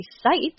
site